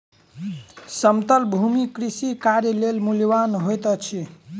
समतल भूमि कृषि कार्य लेल मूल्यवान होइत अछि